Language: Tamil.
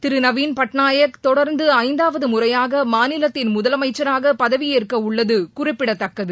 திரு நவீன் பட்நாயக் தொடர்ந்து ஐந்தாவது முறையாக மாநிலத்தின் முதலமைச்சராக பதவியேற்க உள்ளது குறிப்பிடத்தக்கது